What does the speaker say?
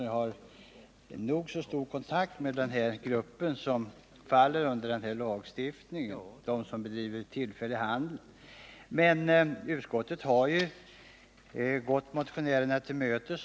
Jag har nog så stor kontakt med den grupp som faller under denna lagtext, dvs. de som bedriver tillfällig handel. Utskottet har, som Karin Ahrland redovisade, gått motionärerna till mötes.